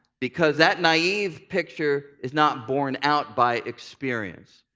because that naive picture is not borne out by experience.